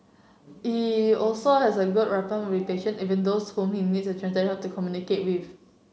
he also has a good rapport with patient even those whom he needs a translator's help to communicate with